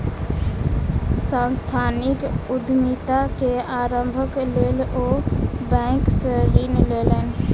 सांस्थानिक उद्यमिता के आरम्भक लेल ओ बैंक सॅ ऋण लेलैन